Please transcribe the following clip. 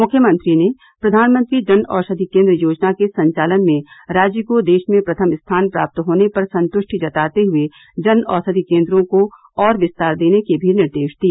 मुख्यमंत्री ने प्रधानमंत्री जन औषधि केंद्र योजना के संचालन में राज्य को देष में प्रथम स्थान प्राप्त होने पर संतृष्टि जताते हए जन औषधि केंद्रों को और विस्तार देने के भी निर्देश दिए